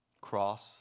Cross